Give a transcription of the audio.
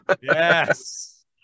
yes